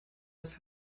his